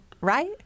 right